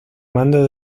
mando